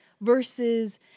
versus